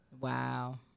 Wow